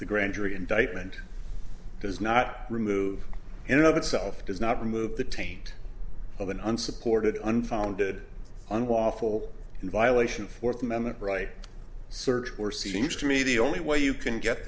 the grand jury indictment does not remove and of itself does not remove the taint of an unsupported unfounded unlawful in violation fourth amendment right search or seems to me the only way you can get